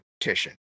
competition